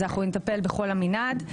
אז נטפל בכל המנעד.